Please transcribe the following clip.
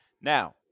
Now